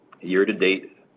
Year-to-date